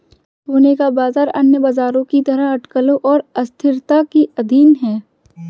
सोने का बाजार अन्य बाजारों की तरह अटकलों और अस्थिरता के अधीन है